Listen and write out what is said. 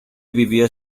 vivió